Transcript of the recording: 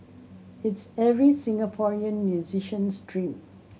it's every Singaporean musician's dream